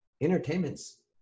entertainment's